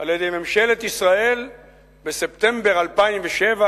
על-ידי ממשלת ישראל בספטמבר 2007,